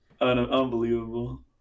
Unbelievable